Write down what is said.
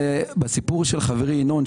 בסיפור של חברי ינון,